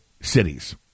cities